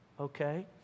Okay